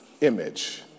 image